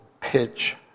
pitch